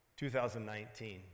2019